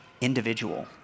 individual